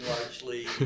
largely